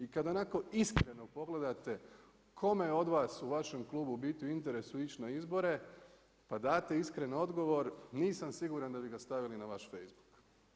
I kada onako iskreno pogledate kome je od vas u vašem klubu biti u interesu ići na izbore, pa date iskren odgovor, nisam siguran da bi ga stavili na vaš Facebook.